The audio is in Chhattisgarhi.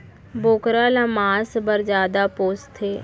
बोकरा ल मांस पर जादा पोसथें